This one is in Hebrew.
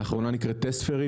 האחרונה נקראת Test Fairy,